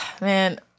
man